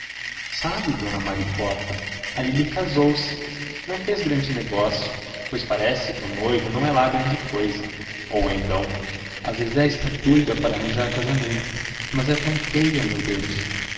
sabe dona maricota a lili casou-se não fez grande negócio pois parece que o noivo não é lá grande cousa ou então a zezé está doida para arranjar casamento mas é tão feia meu deus